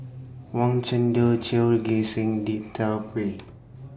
Wang Chunde Ghim Seng